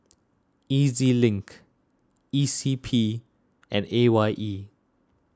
E Z Link E C P and A Y E